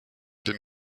den